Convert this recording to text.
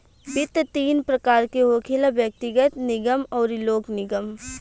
वित्त तीन प्रकार के होखेला व्यग्तिगत, निगम अउरी लोक निगम